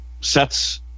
sets